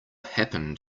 happen